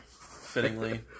fittingly